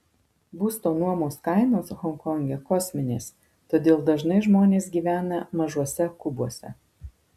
būsto nuomos kainos honkonge kosminės todėl dažnai žmonės gyvena mažuose kubuose